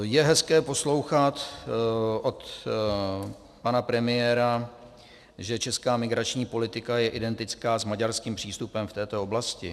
Je hezké poslouchat od pana premiéra, že česká migrační politika je identická s maďarským přístupem v této oblasti.